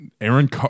Aaron